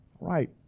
Right